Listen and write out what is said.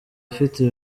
ifitwe